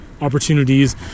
opportunities